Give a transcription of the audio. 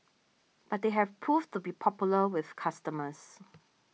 but they have proved to be popular with customers